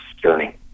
journey